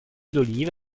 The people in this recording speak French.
d’olive